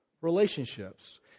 relationships